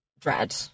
dread